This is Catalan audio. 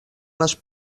les